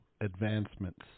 advancements